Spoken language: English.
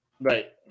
Right